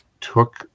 took